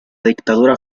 dictadura